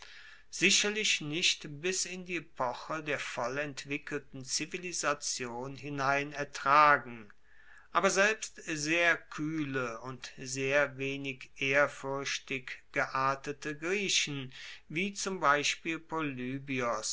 sicherlich nicht bis in die epoche der voll entwickelten zivilisation hinein ertragen aber selbst sehr kuehle und sehr wenig ehrfuerchtig geartete griechen wie zum beispiel polybios